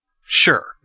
Sure